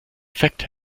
effekt